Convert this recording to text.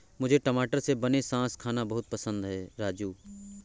मुझे टमाटर से बने सॉस खाना बहुत पसंद है राजू